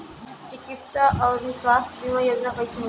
चिकित्सा आऊर स्वास्थ्य बीमा योजना कैसे होला?